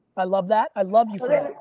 i love that. i love you for that.